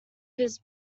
his